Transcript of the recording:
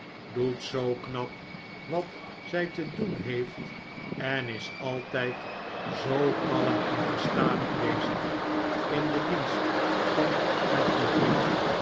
doet zoo knap wat zy te doen heeft en is altijd zoo kalm en gestadig bezig in den dienst van het publiek